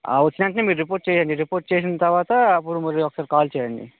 వచ్చినవెంటనే report చేయండి report చేసిన తర్వాత అప్పుడు మీరు ఒకసారి కాల్ చేయండి